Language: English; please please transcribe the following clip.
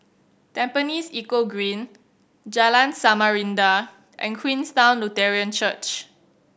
Tampines Eco Green Jalan Samarinda and Queenstown Lutheran Church